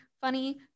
funny